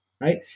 right